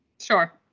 Sure